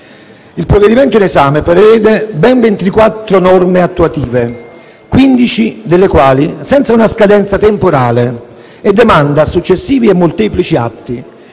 Il provvedimento in esame prevede ben 24 norme attuative, 15 delle quali senza una scadenza temporale, e demanda a successivi e molteplici atti,